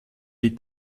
die